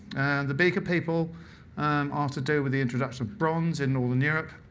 the beaker people are to do with the introduction of bronze in northern europe.